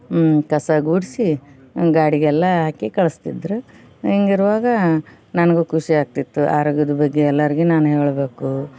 ಕಸ ಗುಡಿಸಿ ಗಾಡಿಗೆಲ್ಲ ಹಾಕಿ ಕಳಿಸ್ತಿದ್ರು ಹೀಗಿರುವಾಗ ನನಗೂ ಖುಷಿ ಆಗ್ತಿತ್ತು ಆರೋಗ್ಯದ ಬಗ್ಗೆ ಎಲ್ಲರಿಗೆ ನಾನು ಹೇಳಬೇಕು